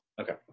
Okay